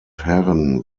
herren